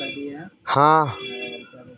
हाँ